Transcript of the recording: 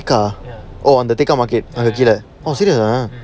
tekka oh that tekka market அங்ககீழ:anka keela